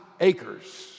acres